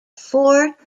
four